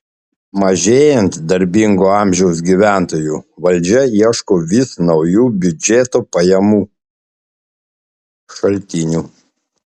mažėjant darbingo amžiaus gyventojų valdžia ieško vis naujų biudžeto pajamų šaltinių